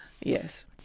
Yes